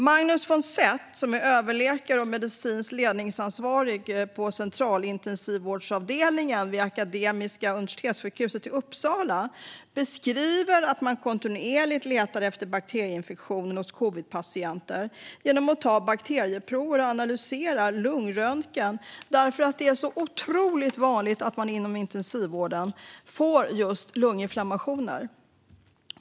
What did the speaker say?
Magnus von Seth, som är överläkare och medicinskt ledningsansvarig på centralintensivvårdsavdelningen vid Akademiska universitetssjukhuset i Uppsala, beskriver hur man kontinuerligt letar efter bakterieinfektioner hos covidpatienter genom att ta bakterieprover och analysera lungröntgen, därför att det är så otroligt vanligt att man inom intensivvården får just lunginflammationer.